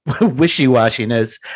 wishy-washiness